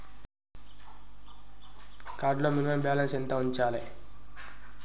Card లో minimum balance ఎంత ఉంచాలే?